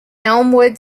elmwood